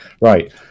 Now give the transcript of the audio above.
Right